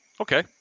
Okay